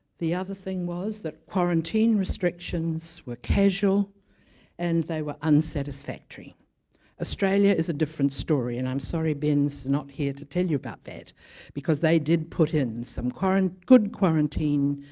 the other thing was that quarantine restrictions were casual and they were unsatisfactory australia is a different story and i'm sorry ben's not here to tell you about that because they did put in some good quarantine